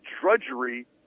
drudgery